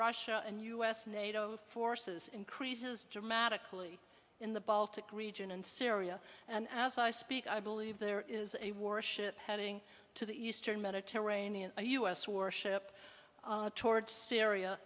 russia and us nato forces increases dramatically in the baltic region and syria and as i speak i believe there is a warship heading to the eastern mediterranean a u s warship towards syria